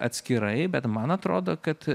atskirai bet man atrodo kad